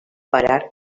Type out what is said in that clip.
parar